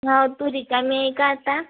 हा तू रिकामी आहे का आता